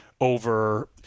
over